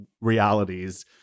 realities